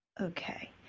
okay